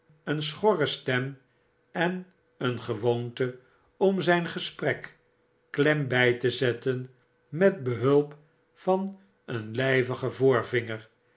een schorre stem en een gewoonte om zyn gesprek klem by te zettn met behulp van een lijvigen